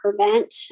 prevent